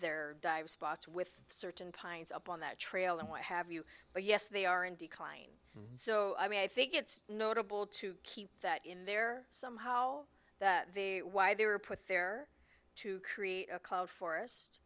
their spots with certain pines up on that trail and what have you but yes they are in decline so i mean i think it's notable to keep that in there somehow that they why they were put there to create a forest